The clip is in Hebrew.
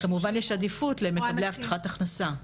כמובן יש עדיפות למקבלי הבטחת הכנסה,